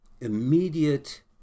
immediate